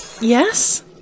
yes